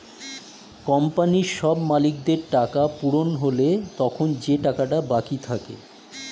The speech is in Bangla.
কোম্পানির সব মালিকদের টাকা পূরণ হলে তখন যে টাকাটা বাকি থাকে